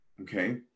okay